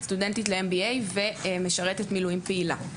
סטודנטית ל-M.B.A ומשרתת מילואים פעילה.